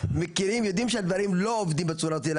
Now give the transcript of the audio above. יודעים שהדברים לא עובדים בצורה הזאת,